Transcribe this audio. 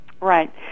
Right